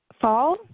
fall